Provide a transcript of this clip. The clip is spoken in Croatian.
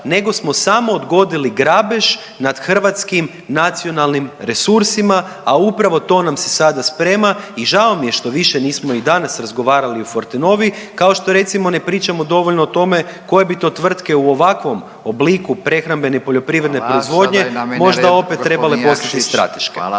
nego smo samo odgodili grabež nad hrvatskim nacionalnim resursima, a upravo to nam se sada sprema. I žao mi je što više nismo i danas razgovarali o Fortenovi kao što recimo ne pričamo dovoljno o tome koje bi to tvrtke u ovakvom obliku prehrambene poljoprivredne …/Upadica Radin: Hvala./… proizvodnje možda opet trebale postati strateške